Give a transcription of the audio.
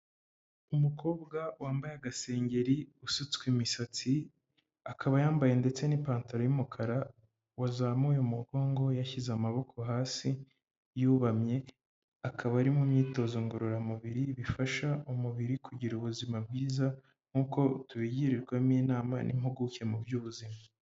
Umukobwa wambaye agasengeri usutswe imisatsi, akaba yambaye ndetse n'ipantaro y'umukara, wazamuye umugongo yashyize amaboko hasi yubamye akaba ari mu myitozo ngororamubiri, bifasha umubiri kugira ubuzima bwiza nk'uko tubigirwarimo inama n'impuguke mu by'ubuzima.